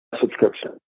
subscription